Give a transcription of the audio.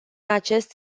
acest